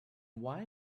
why